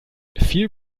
viel